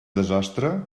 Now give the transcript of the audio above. desastre